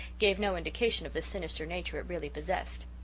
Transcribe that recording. gave no indication of the sinister nature it really possessed.